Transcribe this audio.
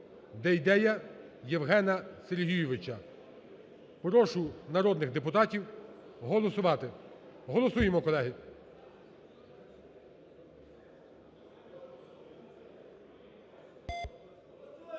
Дейдея Євгена Сергійовича. Прошу народних депутатів голосувати. Голосуємо, колеги.